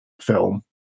film